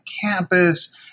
campus